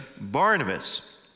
Barnabas